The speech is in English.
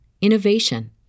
innovation